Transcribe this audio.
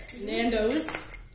Nando's